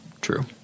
True